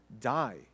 die